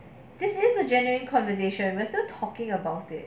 this is a genuine conversation we are just talking about it